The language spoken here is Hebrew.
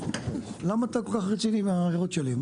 למה אתה כל כך רציני מההערות שלי?